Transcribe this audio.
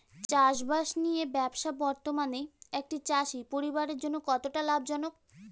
চাষবাষ নিয়ে ব্যবসা বর্তমানে একটি চাষী পরিবারের জন্য কতটা লাভজনক?